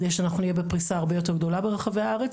כדי שנהיה בפריסה הרבה יותר גדולה ברחבי הארץ,